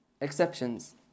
exceptions